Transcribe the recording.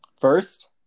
First